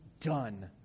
done